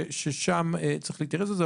ששם צריך להתייחס לזה,